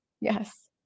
Yes